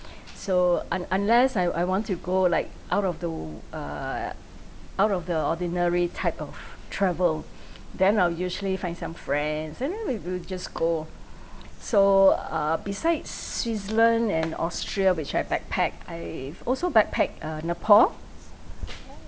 so un~ unless I I want to go like out of the uh out of the ordinary type of travel then I'll usually find some friends and then we will just go so uh besides switzerland and austria which I backpack I've also backpack uh nepal